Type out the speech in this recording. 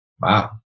wow